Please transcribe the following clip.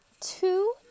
Two